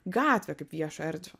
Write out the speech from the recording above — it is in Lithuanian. gatvę kaip viešą erdvę